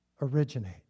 originate